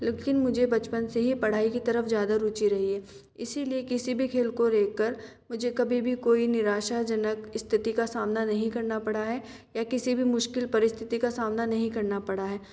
लेकिन मुझे बचपन से ही पढ़ाई की तरफ ज़्यादा रुचि रही है इसलिए किसी भी खेल को लेकर मुझे कभी भी कोई निराशाजनक स्थिति का सामना नहीं करना पड़ा है या किसी भी मुश्किल परिस्थिति का सामना नहीं करना पड़ा है